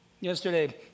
Yesterday